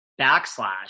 backslash